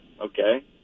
Okay